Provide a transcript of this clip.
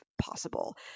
possible